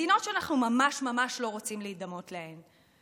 מדינות שאנחנו ממש ממש לא רוצים להידמות להן.